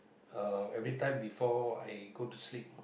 uh every time before I go to sleep